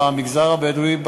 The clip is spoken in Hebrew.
המגזר הבדואי,